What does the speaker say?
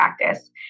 practice